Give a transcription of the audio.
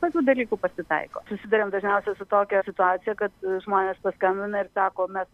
tokių dalykų pasitaiko susiduriam dažniausiai su tokia situacija kad žmonės paskambina ir sako mes